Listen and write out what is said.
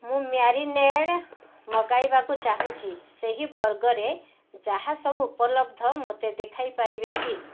ମୁଁ ମ୍ୟାରିନେଡ଼୍ ମଗାଇବାକୁ ଚାହୁଁଛି ସେହି ବର୍ଗରେ ଯାହା ସବୁ ଉପଲବ୍ଧ ମୋତେ ଦେଖାଇ ପାରିବେ କି